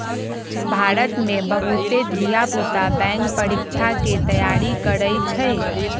भारत में बहुते धिया पुता बैंक परीकछा के तैयारी करइ छइ